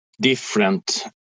different